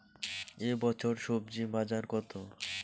এ বছর স্বজি বাজার কত?